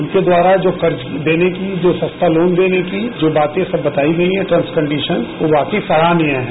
उनके द्वारा जो कर्ज देने की सस्ता लोन देने की जो बातें बताई गई हैं टर्म कन्डीशन्स जो वाकई सराहनीय है